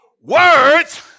words